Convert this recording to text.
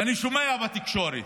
ואני שומע בתקשורת: